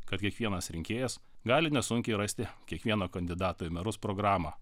kad kiekvienas rinkėjas gali nesunkiai rasti kiekvieno kandidato į merus programą